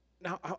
Now